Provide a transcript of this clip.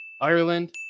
Ireland